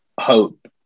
hope